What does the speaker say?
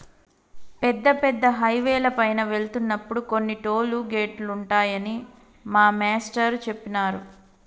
పెద్ద పెద్ద హైవేల పైన వెళ్తున్నప్పుడు కొన్ని టోలు గేటులుంటాయని మా మేష్టారు జెప్పినారు